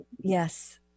Yes